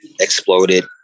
exploded